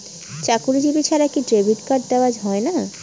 চাকুরীজীবি ছাড়া কি ক্রেডিট কার্ড দেওয়া হয় না?